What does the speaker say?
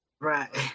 Right